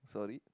sorry